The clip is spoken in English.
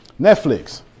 Netflix